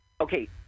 Okay